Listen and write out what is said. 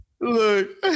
Look